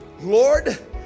Lord